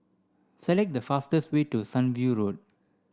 select the fastest way to Sunview Road